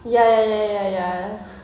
ya ya ya ya ya